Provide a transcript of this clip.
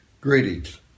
Greetings